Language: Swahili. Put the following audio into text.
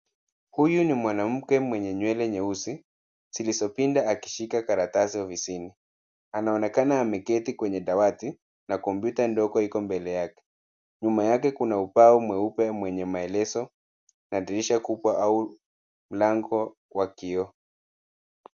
Huyu ni mwanamke mwenye nywele nyeusi zilizopinda akishika karatasi, anaonekana ameketi kwenye dawati na kompyuta ndogo iko mbele yake, nyuma yake kuna ubao mweupe mwenye maelezo na dirisha kubwa au mlango wa kioo.